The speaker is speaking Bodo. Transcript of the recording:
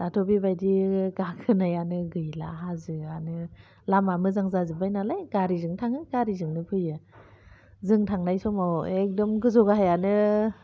दाथ' बेबायदि गाखोनाय आनो गैला हाजोआनो लामा मोजां जाजोबबाय नालाय गारिजोंनो थाङो गारिजोंनो फैयो जों थांनाय समाव गोदो एखदम गोजौ गाहायानो